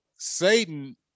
Satan